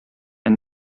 and